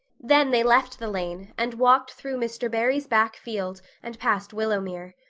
then they left the lane and walked through mr. barry's back field and past willowmere.